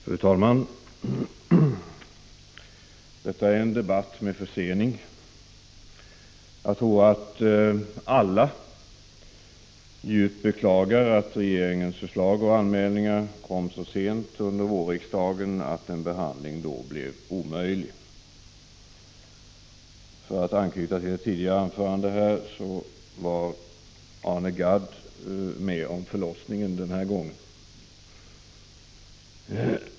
Fru talman! Detta är en debatt med försening. Jag tror att alla djupt beklagar att regeringens förslag och anmälningar kom så sent under vårriksdagen att en behandling då blev omöjlig. För att anknyta till ett tidigare anförande här, var Arne Gadd med om förlossningen den här gången.